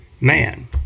man